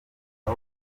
aho